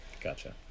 Gotcha